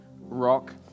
rock